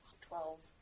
Twelve